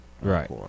Right